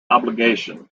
obligation